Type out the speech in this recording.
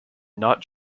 not